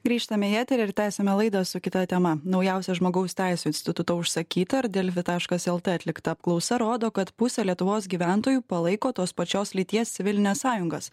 grįžtame į eterį ir tęsiame laidą su kita tema naujausia žmogaus teisių instituto užsakyta ir delfi taškas lt atlikta apklausa rodo kad pusė lietuvos gyventojų palaiko tos pačios lyties civilines sąjungas